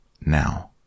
now